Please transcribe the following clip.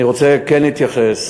אני רוצה כן להתייחס